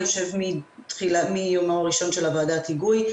יושב מיומו הראשון של ועדת ההיגוי.